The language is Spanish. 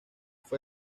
fue